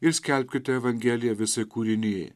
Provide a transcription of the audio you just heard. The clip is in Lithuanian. ir skelbkite evangeliją visai kūrinijai